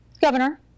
Governor